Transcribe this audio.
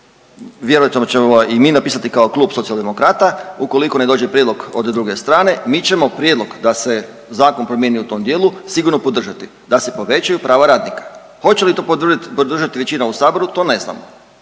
vjerojatno ćemo ga i mi napisati kao Klub socijaldemokrata, ukoliko ne dođe prijedlog od druge strane, mi ćemo prijedlog da se zakon promijeni u tom dijelu, sigurno podržati. Da se povećaju prava radnika. Hoće li to podržati većina u Saboru, to ne znamo,